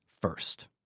first